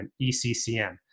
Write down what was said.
ECCM